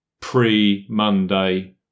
pre-Monday